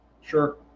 sure